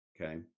Okay